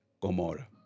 Gomorrah